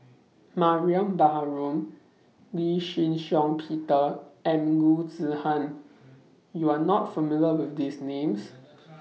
Mariam Baharom Lee Shih Shiong Peter and Loo Zihan YOU Are not familiar with These Names